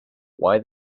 why